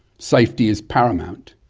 safety is paramount,